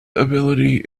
ability